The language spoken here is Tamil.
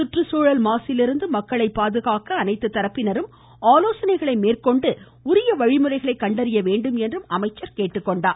சுற்றுச்சூழல் மாசிலிருந்து மக்களை பாதுகாக்க அனைத்து தரப்பினரும் ஆலோசனை மேற்கொண்டு உரிய வழிமுறைகளை கண்டறிய வேண்டும் என்றும் கேட்டுக்கொண்டார்